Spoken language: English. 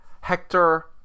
Hector